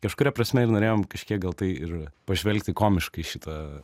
kažkuria prasme ir norėjom kažkiek gal tai ir pažvelgti komiškai šitą